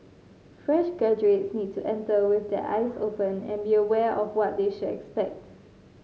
fresh graduates need to enter with their eyes open and be aware of what they should expect